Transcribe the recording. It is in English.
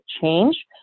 change